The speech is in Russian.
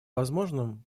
возможным